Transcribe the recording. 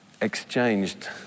exchanged